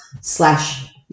slash